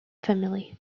family